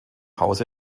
hause